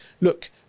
Look